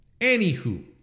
Anywho